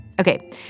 Okay